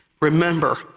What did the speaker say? Remember